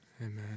Amen